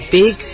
big